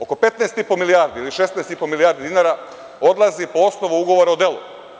Oko 15 i po milijardi li 16 i po milijardi dinara odlazi po osnovu ugovora o delu.